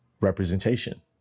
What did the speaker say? representation